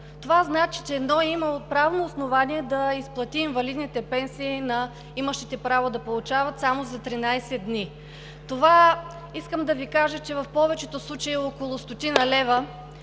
Това значи, че НОИ е имал правно основание да изплати инвалидните пенсии на имащите право да получават само за 13 дни. Искам да Ви кажа, че в повечето случаи е около стотина